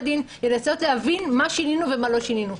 דין לנסות להבין מה שינינו ומה לא שינינו.